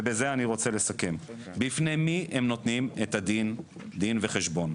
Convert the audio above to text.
ובזה אני רוצה לסכם: בפני מי הם נותנים דין וחשבון?